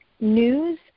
news